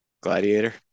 Gladiator